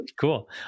Cool